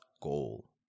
goal